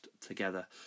together